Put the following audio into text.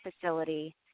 facility